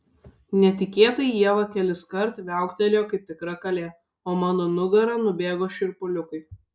netikėtai ieva keliskart viauktelėjo kaip tikra kalė o mano nugara nubėgo šiurpuliukai